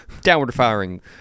downward-firing